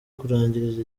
kurangiriza